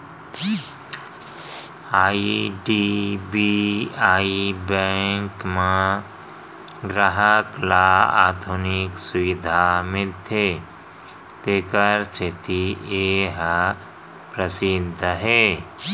IDBI bank म गराहक ल आधुनिक सुबिधा मिलथे तेखर सेती ए ह परसिद्ध हे